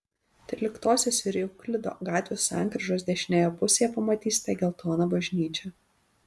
tryliktosios ir euklido gatvių sankryžos dešinėje pusėje pamatysite geltoną bažnyčią